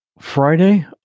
Friday